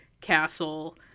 Castle